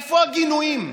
איפה הגינויים?